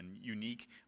unique